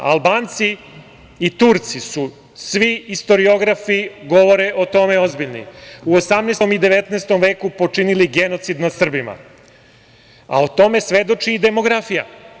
Albanci i Turci su, svi ozbiljni istoriografi govore o tome, u 18. i 19. veku počinili genocid nad Srbima, a o tome svedoči i demografija.